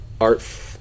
art